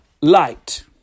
light